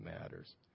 matters